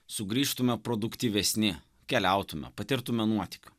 sugrįžtume produktyvesni keliautume patirtume nuotykių